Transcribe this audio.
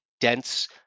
dense